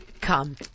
Come